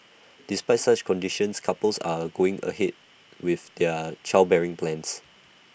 despite such conditions couples are A going ahead with their childbearing plans